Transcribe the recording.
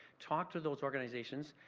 talk to those organizations.